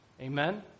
Amen